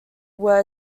were